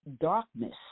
darkness